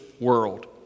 world